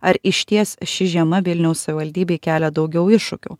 ar išties ši žiema vilniaus savivaldybei kelia daugiau iššūkių